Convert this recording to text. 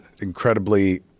incredibly